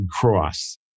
Cross